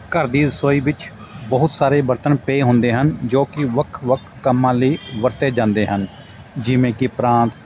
ਘਰ ਦੀ ਰਸੋਈ ਵਿੱਚ ਬਹੁਤ ਸਾਰੇ ਬਰਤਨ ਪਏ ਹੁੰਦੇ ਹਨ ਜੋ ਕਿ ਵੱਖ ਵੱਖ ਕੰਮਾਂ ਲਈ ਵਰਤੇ ਜਾਂਦੇ ਹਨ ਜਿਵੇਂ ਕਿ ਪ੍ਰਾਂਤ